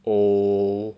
old